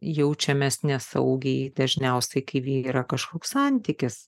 jaučiamės nesaugiai dažniausiai kai yra kažkoks santykis